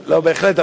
בהחלט,